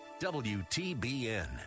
WTBN